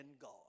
God